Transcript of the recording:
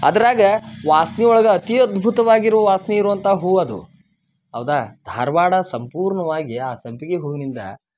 ಅದ್ರಾಗ ವಾಸ್ನೆ ಒಳಗೆ ಅತಿ ಅದ್ಭುತವಾಗಿರೋ ವಾಸ್ನೆ ಇರುವಂಥ ಹೂವದು ಹೌದಾ ಧಾರ್ವಾಡ ಸಂಪೂರ್ಣ್ವಾಗಿ ಆ ಸಂಪಿಗೆ ಹೂವಿನಿಂದ